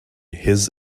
his